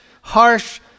harsh